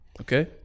Okay